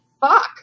fuck